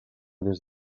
des